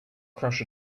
crush